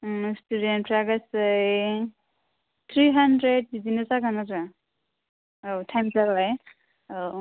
सिथुदेनफ्रा गासै three hundred बिदिनो जागोन आरो औ थाइम जाबाय औ